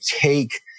take